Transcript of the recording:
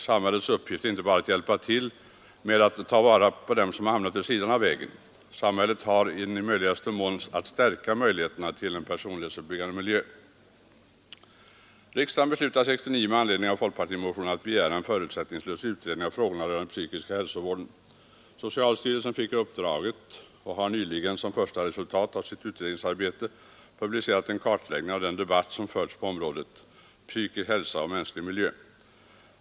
Samhällets uppgift är inte bara att hjälpa till med att ta vara på dem som hamnat vid sidan av vägen. Samhället har att i möjligaste mån stärka möjligheterna till en personlighetsuppbyggande miljö. Riksdagen beslutade 1969 med anledning av folkpartimotionen att begära en förutsättningslös utredning av frågorna rörande den psykiska hälsovården. Socialstyrelsen fick uppdraget och har nyligen som första resultat av sitt utredningsarbete publicerat en kartläggning av den debatt som förts på området, Psykisk hälsa och mänsklig miljö.